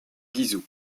guizhou